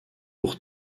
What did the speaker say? pour